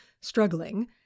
struggling